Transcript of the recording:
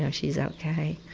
yeah she's ok.